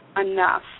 enough